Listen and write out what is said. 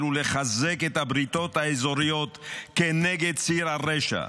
ולחזק את הבריתות האזוריות כנגד ציר הרשע.